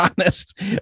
honest